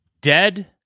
Dead